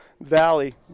valley